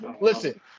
Listen